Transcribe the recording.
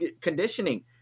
conditioning